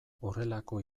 horrelako